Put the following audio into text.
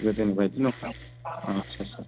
गोदोनि बायदि नङा आस्सा